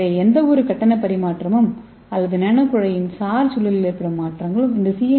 எனவே எந்தவொரு கட்டண பரிமாற்றமும் அல்லது நானோகுழாயின் சார்ஜ் சூழலில் ஏற்படும் மாற்றங்களும் இந்த சி